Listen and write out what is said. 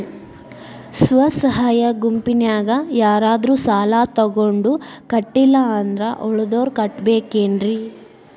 ಸ್ವ ಸಹಾಯ ಗುಂಪಿನ್ಯಾಗ ಯಾರಾದ್ರೂ ಸಾಲ ತಗೊಂಡು ಕಟ್ಟಿಲ್ಲ ಅಂದ್ರ ಉಳದೋರ್ ಕಟ್ಟಬೇಕೇನ್ರಿ?